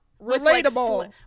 relatable